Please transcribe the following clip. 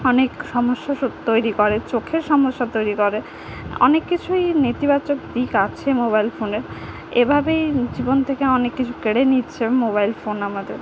অনেক সমস্যা তৈরি করে চোখের সমস্যা তৈরি করে অনেক কিছুই নেতিবাচক দিক আছে মোবাইল ফোনের এভাবেই জীবন থেকে অনেক কিছু কেড়ে নিচ্ছে মোবাইল ফোন আমাদের